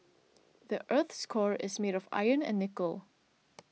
the earth's core is made of iron and nickel